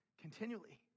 Continually